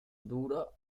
duro